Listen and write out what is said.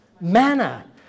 Manna